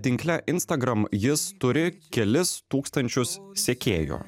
tinkle instagram jis turi kelis tūkstančius sekėjų